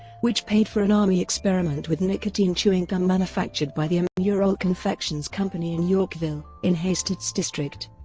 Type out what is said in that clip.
which paid for an army experiment with nicotine chewing gum manufactured by the amurol confections company in yorkville, in hastert's district.